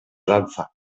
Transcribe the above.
danza